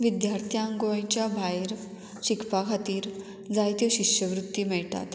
विद्यार्थ्यांक गोंयच्या भायर शिकपा खातीर जायत्यो शिश्यवृत्ती मेळटात